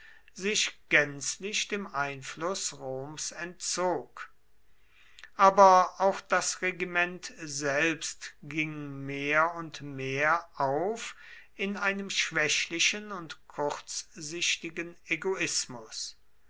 sich gänzlich dem einfluß roms entzog aber auch das regiment selbst ging mehr und mehr auf in einem schwächlichen und kurzsichtigen egoismus